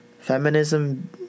Feminism